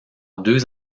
deux